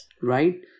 right